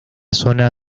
zona